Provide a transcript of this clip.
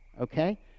Okay